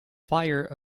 fire